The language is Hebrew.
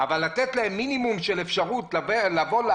אבל לתת להם מינימום של אפשרות לעבוד,